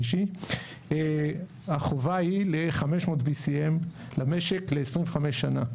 החובה היא ל-BCM500 למשק ל-25 שנה.